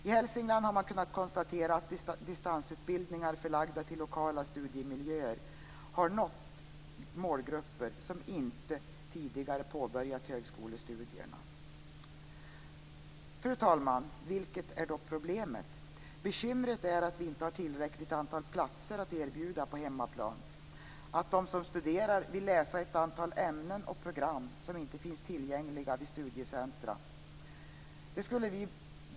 I Hälsingland har man kunnat konstatera att distansutbildningar förlagda till lokala studiemiljöer har nått målgrupper som inte tidigare har påbörjat högskolestudier. Fru talman! Vilket är då problemet? Bekymret är att vi inte har tillräckligt antal platser att erbjuda på hemmaplan, att de som studerar vill läsa ett antal ämnen och program som inte finns tillgängliga vid studiecentrum.